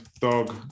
Dog